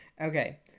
Okay